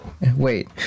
wait